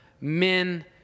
men